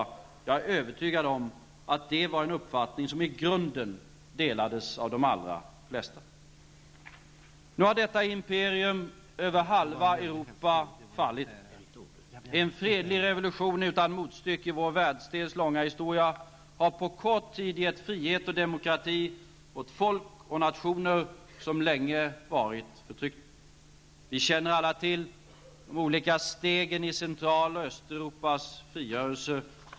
Jag är övertygad om att det var en uppfattning som i grunden delades av de allra flesta. Nu har detta imperium över halva Europa fallit. En fredlig revolution utan motstycke i vår världsdels långa historia har på kort tid gett frihet och demokrati åt folk och nationer som länge varit förtryckta. Vi känner alla till de olika stegen i Central och Östeuropas frigörelse.